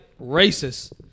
racist